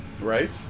Right